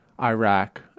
Iraq